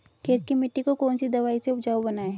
खेत की मिटी को कौन सी दवाई से उपजाऊ बनायें?